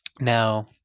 Now